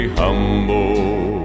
humble